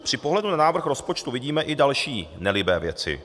Při pohledu na návrh rozpočtu vidíme i další nelibé věci.